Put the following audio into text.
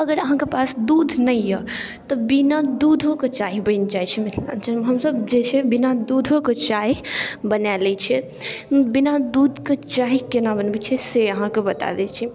अगर अहाँके पास दूध नहि अइ तऽ बिना दूधोके चाइ बनि जाइ छै मिथिलाञ्चलमे हमसब जे छै बिना दूधोके चाइ बना लै छै बिना दूधके चाइ कोना बनबै छै से अहाँके बता दै छी